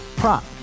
prop